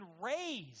raised